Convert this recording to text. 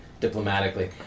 diplomatically